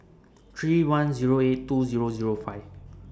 three one Zero eight two Zero Zero five